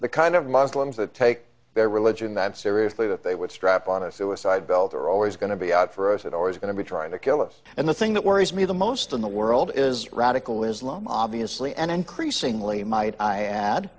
the kind of muslims that take their religion that seriously that they would strap on a suicide belt they're always going to be out for us and always going to be trying to kill us and the thing that worries me the most in the world is radical islam obviously and increasingly might i add